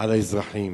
על האזרחים.